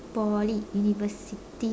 Poly university